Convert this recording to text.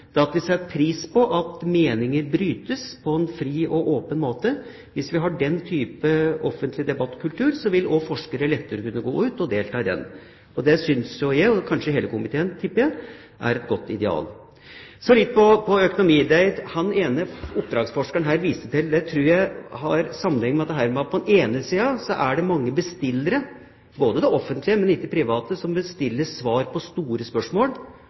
at vi setter pris på at meninger brytes på en fri og åpen måte. Hvis vi har den type offentlig debattkultur, vil også forskere lettere kunne gå ut og delta i den. Det synes jeg – og hele komiteen, tipper jeg – er et godt ideal. Så litt om økonomi. Det den ene oppdragsforskeren viste til her, tror jeg har sammenheng med at på den ene sida er det mange bestillere, både i det offentlige og i det private, som bestiller svar på store spørsmål